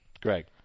Greg